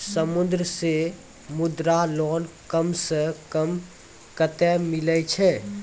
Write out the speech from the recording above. Bank से Mudra loan कम सऽ कम कतैय मिलैय छै?